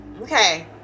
Okay